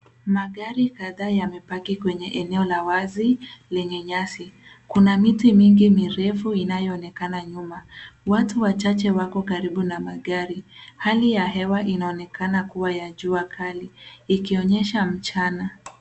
Magari kadhaa yamepaki kwenye eneo la wazi, lenye nyasi. Kuna miti mingi mirefu inayoonekana nyuma. Watu wachache wako karibu na magari. Hali ya hewa inaonekana kuwa ya jua kali ikionyesha mchana.